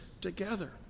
together